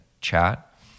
chat